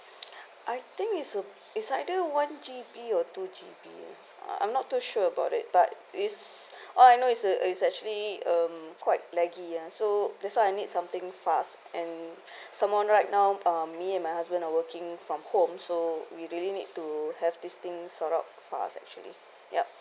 I think it's a it's either one G_B or two G_B I'm not too sure about it but it's oh I know it's a it's actually um quite laggy ya so that's why I need something fast and some more right now um me and my husband are working from home so we really need to have these things sort out fast actually yup